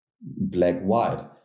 black-white